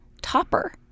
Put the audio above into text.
topper